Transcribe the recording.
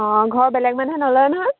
অঁ ঘৰত বেলেগ মানুহে নলয় নহয়